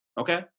Okay